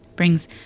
brings